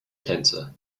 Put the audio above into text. cancer